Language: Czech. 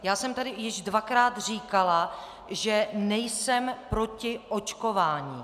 Já jsem tady již dvakrát říkala, že nejsem proti očkování.